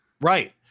right